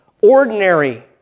ordinary